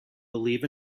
believe